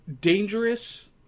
dangerous